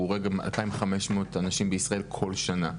הוא הורג 2,500 אנשים בישראל כל שנה.